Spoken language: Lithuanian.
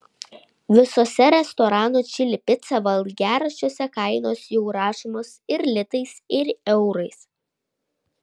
visuose restoranų čili pica valgiaraščiuose kainos jau rašomos ir litais ir eurais